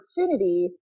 opportunity